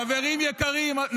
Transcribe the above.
חברים יקרים.